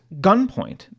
gunpoint